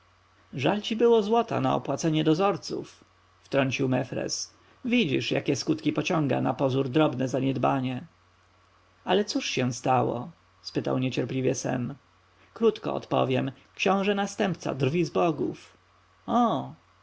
żal ci było złota na opłacenie dozorców wtrącił mefres widzisz jakie skutki pociąga napozór drobne zaniedbanie ale cóż się stało pytał niecierpliwie sem krótko odpowiem książę następca drwi z bogów och